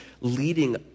leading